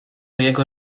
jego